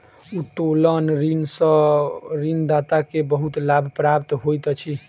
उत्तोलन ऋण सॅ ऋणदाता के बहुत लाभ प्राप्त होइत अछि